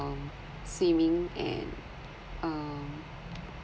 um swimming and um